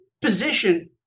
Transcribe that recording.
position